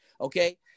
Okay